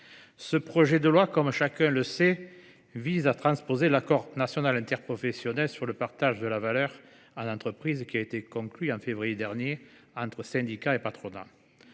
ce projet de loi, comme chacun le sait, vise à transposer l’accord national interprofessionnel relatif au partage de la valeur au sein de l’entreprise, qui a été conclu en février dernier entre les syndicats et le patronat.